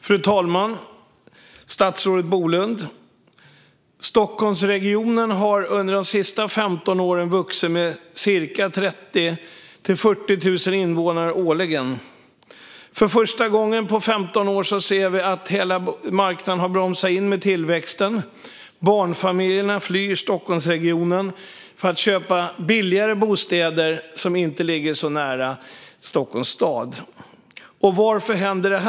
Fru talman! Stockholmsregionen har under de senaste 15 åren vuxit med 30 000-40 000 invånare årligen. För första gången på 15 år ser vi att hela marknaden och tillväxten har bromsat in. Barnfamiljerna flyr Stockholmsregionen för att köpa billigare bostäder som inte ligger så nära Stockholms stad. Varför händer detta?